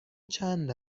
چند